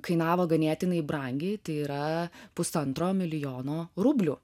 kainavo ganėtinai brangiai tai yra pusantro milijono rublių